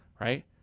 right